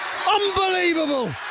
Unbelievable